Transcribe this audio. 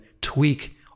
tweak